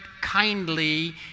kindly